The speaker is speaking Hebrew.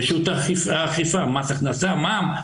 רשות האכיפה, מס הכנסה, מע"מ.